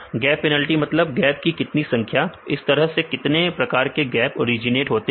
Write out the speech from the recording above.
gap penalty मतलब gap की कितनी संख्या इस तरह से कितने प्रकार के गैप ओरिजिनेट होते हैं